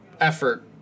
effort